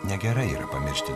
negerai yra pamiršti